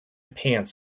pants